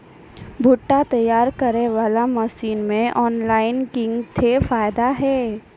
भुट्टा तैयारी करें बाला मसीन मे ऑनलाइन किंग थे फायदा हे?